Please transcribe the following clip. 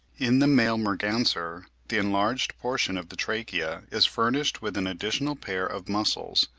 in the male merganser the enlarged portion of the trachea is furnished with an additional pair of muscles.